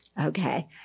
Okay